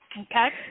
Okay